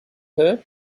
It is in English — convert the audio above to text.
her